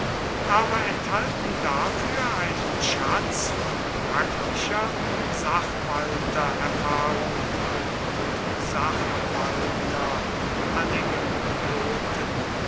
aber enthalten dafür einen schatz von praktischer sachwaltererfahrung und